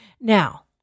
Now